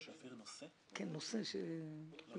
"שפיר" הוא יצרן בטון.